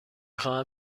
خواهم